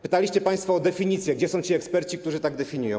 Pytaliście państwo o definicję, gdzie są ci eksperci, którzy tak definiują.